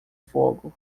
fogo